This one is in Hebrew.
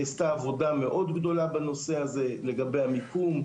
נעשתה עבודה מאוד גדולה בנושא הזה לגבי המיקום,